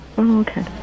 Okay